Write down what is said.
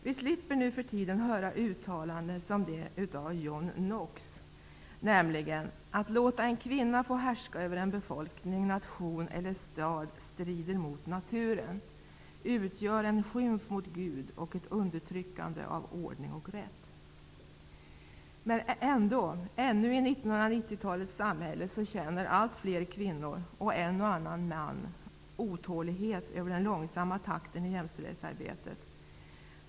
Vi slipper nu för tiden höra uttalanden som det av John Knox, nämligen: ''Att låta en kvinna få härska över en befolkning, nation eller stad strider mot naturen, utgör en skymf mot Gud och ett undertryckande av ordning och rätt.'' Men ännu i 1990-talets samhälle känner allt fler kvinnor -- och en och annan man -- otålighet över den långsamma takten i jämställdhetsarbetet.